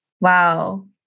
Wow